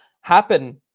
happen